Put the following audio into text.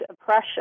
oppression